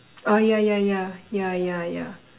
oh yeah yeah yeah yeah yeah yeah